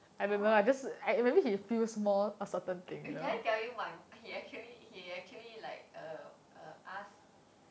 eh did I tell you my he actually he actually like uh uh ask